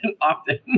often